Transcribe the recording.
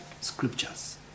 scriptures